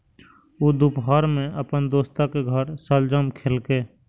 ऊ दुपहर मे अपन दोस्तक घर शलजम खेलकै